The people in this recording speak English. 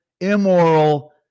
immoral